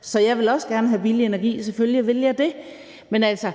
så jeg vil også gerne have billig energi; selvfølgelig vil jeg det. Men altså,